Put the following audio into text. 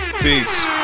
Peace